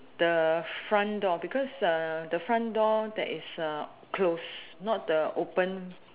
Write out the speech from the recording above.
the front door because uh the front door that is uh close not the open